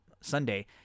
Sunday